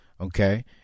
okay